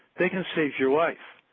they can save your life.